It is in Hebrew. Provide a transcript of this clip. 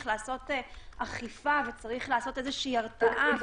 לעשות אכיפה וצריך לעשות איזושהי הרתעה,